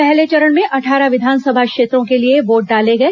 पहले चरण में अट्ठारह विधानसभा क्षेत्रों के लिए वोट डाले गए